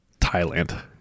Thailand